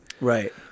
Right